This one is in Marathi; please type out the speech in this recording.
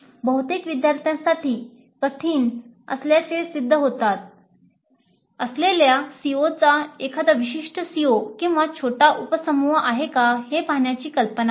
बहुतेक विद्यार्थ्यांसाठी कठीण असल्याचे सिद्ध होत असलेल्या COचा एखादा विशिष्ट COकिंवा छोटा उपसमूह आहे का हे पाहण्याची कल्पना आहे